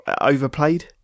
overplayed